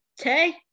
okay